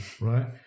right